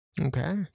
Okay